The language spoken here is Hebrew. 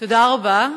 תודה רבה.